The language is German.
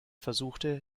versuchte